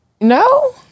No